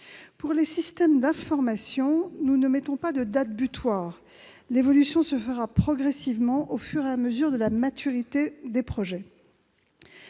Pour les systèmes d'information, nous ne fixons pas de date butoir : l'évolution se fera progressivement au fur et à mesure de la maturité des projets.